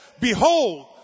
behold